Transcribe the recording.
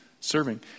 serving